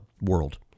world